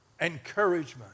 encouragement